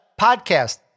podcast